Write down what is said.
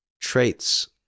traits